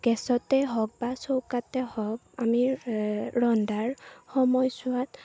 গেছতে হওক বা চৌকাতে হওক আমি ৰন্ধাৰ সময়চোৱাত